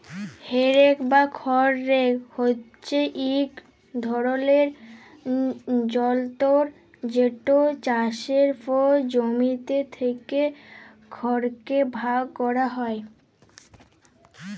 হে rake বা খড় rake হছে ইক ধরলের যলতর যেট চাষের পর জমিতে থ্যাকা খড়কে ভাগ ক্যরা হ্যয়